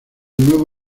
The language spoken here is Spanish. nuevo